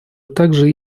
также